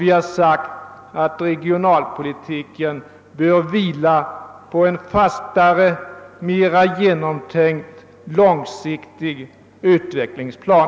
Vi har sagt att regionalpolitiken bör vila på en fastare, mer genomtänkt långsiktig utvecklingsplan.